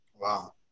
Wow